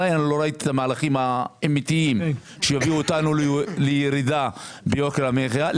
לא ראיתי מהלכים אמיתיים שיובילו לירידה ביוקר המחייה.